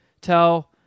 Tell